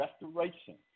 restoration